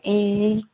ए